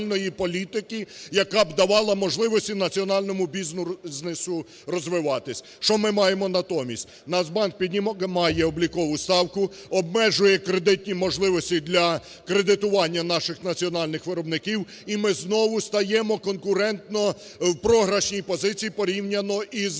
яка давала б можливості національному бізнесу розвиватись. Що ми маємо натомість? Нацбанк піднімає облікову ставку, обмежує кредитні можливості для кредитування наших національних виробників і ми знову стаємоконкурентно в програшній позиції порівняно з